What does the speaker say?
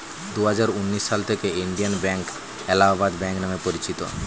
দুহাজার উনিশ সাল থেকে ইন্ডিয়ান ব্যাঙ্ক এলাহাবাদ ব্যাঙ্ক নাম পরিচিত